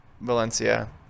Valencia